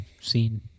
seen